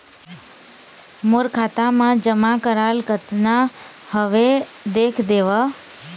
मोर खाता मा जमा कराल कतना हवे देख देव?